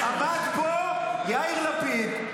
עמד פה יאיר לפיד,